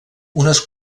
unes